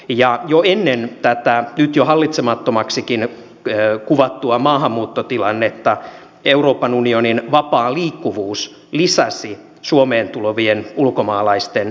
jo ennen tätä nyt jo hallitsemattomaksikin kuvattua maahanmuuttotilannetta euroopan unionin vapaa liikkuvuus lisäsi suomeen tulevien ulkomaalaisten rikollistenkin määrää